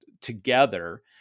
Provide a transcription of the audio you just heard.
together